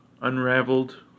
unraveled